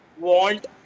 want